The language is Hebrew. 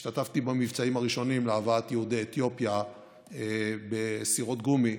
השתתפתי במבצעים הראשונים להבאת יהודי אתיופיה בסירות גומי